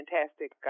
fantastic